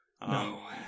No